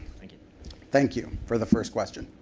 thank you thank you for the first question.